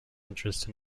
interest